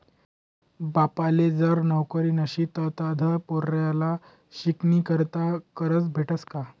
बापले जर नवकरी नशी तधय पोर्याले शिकानीकरता करजं भेटस का?